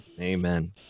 amen